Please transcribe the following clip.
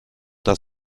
das